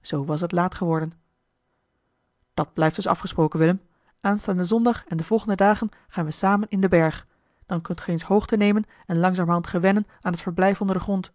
zoo was het laat geworden dat blijft dus afgesproken willem aanstaanden zondag en de volgende dagen gaan we samen in den berg dan kunt ge eens hoogte nemen en langzamerhand gewennen aan het verblijf onder den grond